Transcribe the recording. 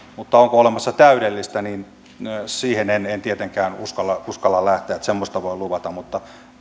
mutta onko olemassa täydellistä siihen en en tietenkään uskalla uskalla lähteä että semmoista voin luvata mutta